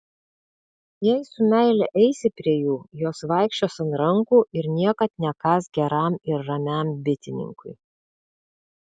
jei su meile eisi prie jų jos vaikščios ant rankų ir niekad nekąs geram ir ramiam bitininkui